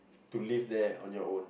to live there on your own